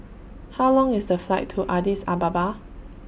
How Long IS The Flight to Addis Ababa